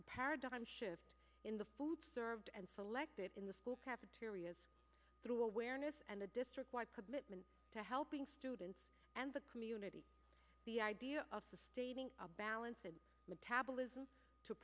a paradigm shift in the food served and selected in the school cafeterias through awareness and the district wide commitment to helping students and the community the idea of sustaining a balance in metabolism to